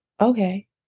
okay